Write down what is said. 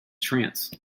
trance